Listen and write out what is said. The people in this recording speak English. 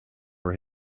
for